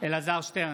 אלעזר שטרן,